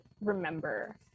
remember